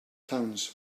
towns